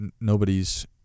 nobody's